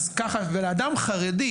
ולאדם חרדי,